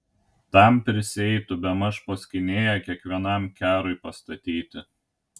tam prisieitų bemaž po skynėją kiekvienam kerui pastatyti